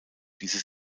dieses